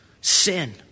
sin